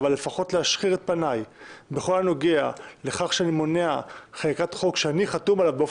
להשחיר את פניי בכל הנוגע לכך שאני מונע חקיקת חוק שאני חתום עליה,